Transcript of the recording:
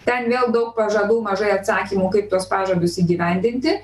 ten vėl daug pažadų mažai atsakymų kaip tuos pažadus įgyvendinti